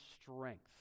strength